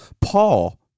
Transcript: Paul